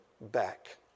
back